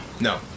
No